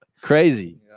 crazy